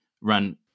run –